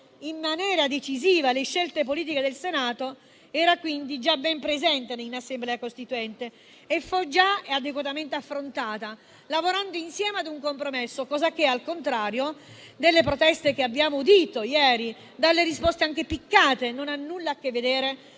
in maniera decisiva le scelte politiche del Senato era quindi già ben presente in Assemblea costituente e fu già adeguatamente affrontata, lavorando insieme ad un compromesso, cosa che, al contrario delle proteste e delle risposte piccate che abbiamo udito ieri, non ha nulla a che vedere